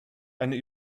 eine